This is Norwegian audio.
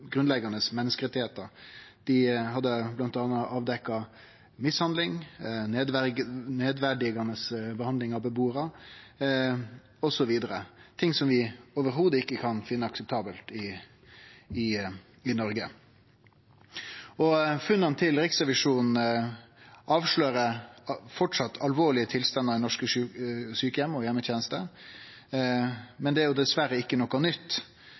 Dei hadde bl.a. avdekt mishandling, nedverdigande behandling av bebuarar, osv., ting vi slett ikkje kan finne akseptabelt i Noreg. Funna til Riksrevisjonen avslører at det framleis er alvorlege tilstandar i norske sjukeheimar og i heimetenesta. Det er dessverre ikkje noko nytt,